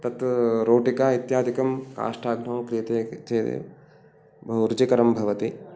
तत् रोटिका इत्यादिकं काष्ठाग्नौ क्रियते चेदेव बहुरुचिकरं भवति